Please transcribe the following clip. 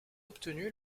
obtenu